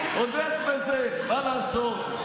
הודית בזה, מה לעשות.